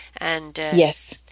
Yes